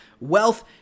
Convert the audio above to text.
Wealth